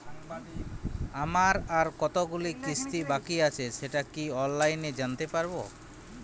আমার আর কতগুলি কিস্তি বাকী আছে সেটা কি অনলাইনে জানতে পারব?